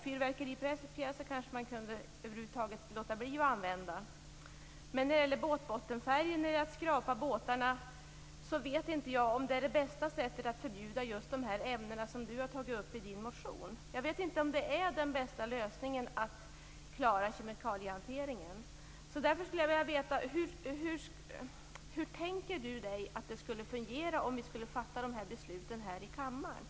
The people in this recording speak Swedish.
Fyrverkeripjäser kan man kanske låta bli att använda, men jag vet inte om det bästa sättet att bli av med de skadliga båtbottenfärgerna är att förbjuda de ämnen som Kia Andreasson har tagit upp i sin motion. Jag vet inte om det är den bästa lösningen vad gäller att klara kemikaliehanteringen. Hur tänker Kia Andreasson sig att det skulle fungera om vi skulle fatta dessa beslut här i kammaren?